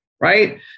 Right